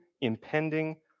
impending